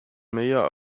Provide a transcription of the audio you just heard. mayor